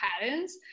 patterns